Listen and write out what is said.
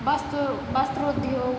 वस्त्र वस्त्र उद्योग